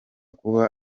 kuba